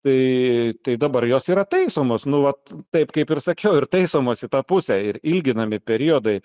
tai tai dabar jos yra taisomos nu vat taip kaip ir sakiau ir taisomos į tą pusę ir ilginami periodai